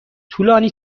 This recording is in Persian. طولانی